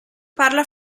parla